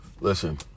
Listen